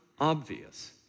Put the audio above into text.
obvious